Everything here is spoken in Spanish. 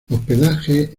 hospedaje